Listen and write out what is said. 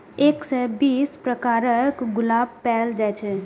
एक सय सं बेसी प्रकारक गुलाब पाएल जाए छै